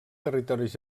territoris